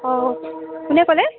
অঁ কোনে ক'লে